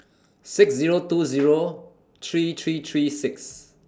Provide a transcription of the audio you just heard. six Zero two Zero three three three six